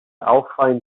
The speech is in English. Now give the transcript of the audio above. alpine